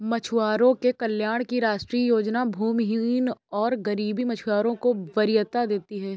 मछुआरों के कल्याण की राष्ट्रीय योजना भूमिहीन और गरीब मछुआरों को वरीयता देती है